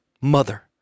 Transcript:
Mother